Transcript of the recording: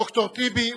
ד"ר טיבי,